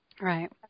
Right